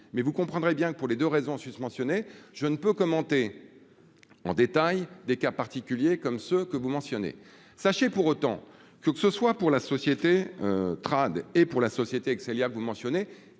mais vous comprendrez bien que pour les 2 raisons susmentionnées je ne peux commenter en détail des cas particuliers comme ceux que vous mentionnez, sachez, pour autant que, que ce soit pour la société Trade et pour la société Extelia vous mentionnez,